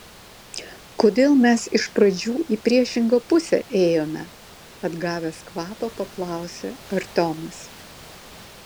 kodėl mes iš pradžių į priešingą pusę ėjome atgavęs kvapą paklausė artiomas